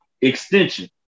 extension